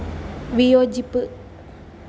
വിയോജിപ്പ്